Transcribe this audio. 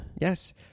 Yes